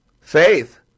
Faith